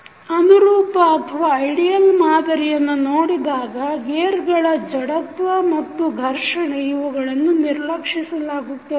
ಅನುರೂಪ ಮಾದರಿಯನ್ನು ನೋಡಿದಾಗ ಗೇರ್ಗಳ ಜಡತ್ವ ಮತ್ತು ಘರ್ಷಣೆ ಇವುಗಳನ್ನು ನಿರ್ಲಕ್ಷಿಸಲಾಗುತ್ತದೆ